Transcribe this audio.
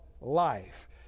life